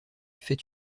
fait